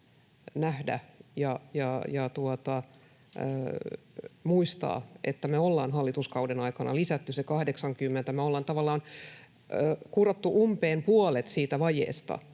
nähdä ja muistaa, että me ollaan hallituskauden aikana lisätty se 80. Me ollaan tavallaan kurottu umpeen puolet siitä vajeesta.